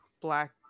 black